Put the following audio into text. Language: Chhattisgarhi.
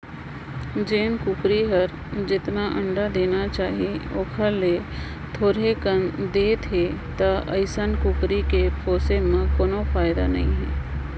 जेन कुकरी हर जेतना अंडा देना चाही ओखर ले थोरहें देहत हे त अइसन कुकरी के पोसे में कोनो फायदा नई हे